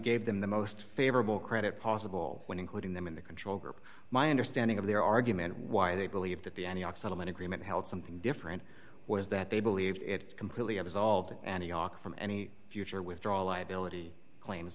gave them the most favorable credit possible when including them in the control group my understanding of their argument why they believe that the any outside of an agreement held something different was that they believed it completely absolved antioch from any future withdraw liability claims